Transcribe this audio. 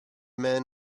men